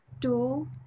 two